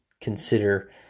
consider